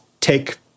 take